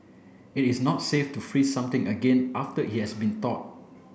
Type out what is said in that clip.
it is not safe to freeze something again after it has been thawed